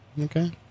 okay